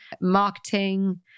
marketing